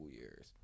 years